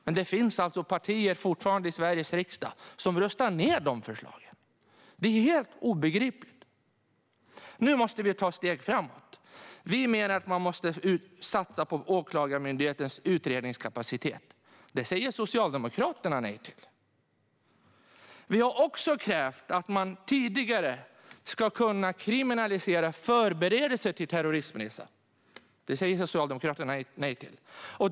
Men det finns fortfarande partier i Sveriges riksdag som röstar ned dessa förslag. Det är helt obegripligt. Nu måste vi ta steg framåt. Vi menar att man måste satsa på Åklagarmyndighetens utredningskapacitet. Detta säger Socialdemokraterna nej till. Vi har också krävt att man tidigare ska kunna kriminalisera förberedelse till terrorismresor. Detta säger Socialdemokraterna nej till.